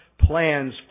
plans